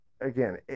Again